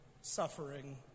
suffering